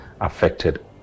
affected